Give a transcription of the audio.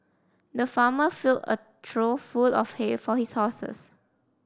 the farmer filled a trough full of hay for his horses